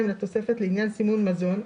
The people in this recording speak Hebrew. הצעת צו הגנה על בריאות הציבור (מזון)